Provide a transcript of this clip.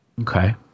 Okay